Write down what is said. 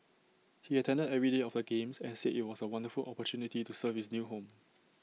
he attended every day of the games and said IT was A wonderful opportunity to serve his new home